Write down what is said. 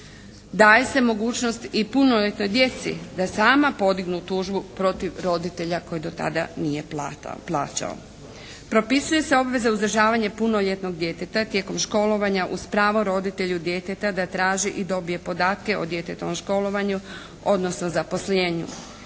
Daje se mogućnost i punoljetnoj djeci da sama podignu tužbu protiv roditelja koji do tada nije plaćao. Propisuje se obveza uzdržavanje punoljetnog djeteta tijekom školovanja uz pravo roditelju djeteta da traži i dobije podatke o djetetovom školovanju odnosno zaposlenju.